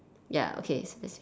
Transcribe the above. ya okay